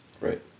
right